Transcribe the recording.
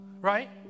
right